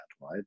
right